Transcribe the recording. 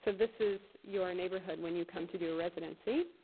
so this is your neighborhood when you come to do a residency.